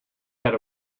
ahead